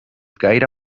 gaire